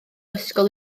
ysgol